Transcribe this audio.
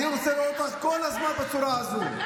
אני רוצה לראות אותך כל הזמן בצורה הזו.